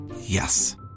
Yes